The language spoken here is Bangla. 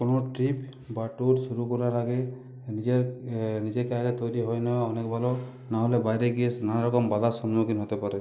কোনও ট্রিপ বা ট্যুর শুরু করার আগে নিজের নিজেকে আগে তৈরি হয়ে নেওয়া অনেক ভালো নাহলে বাইরে গিয়ে নানারকম বাধার সম্মুখীন হতে পারে